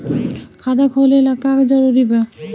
खाता खोले ला का का जरूरी बा?